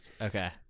Okay